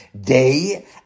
day